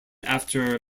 after